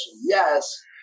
yes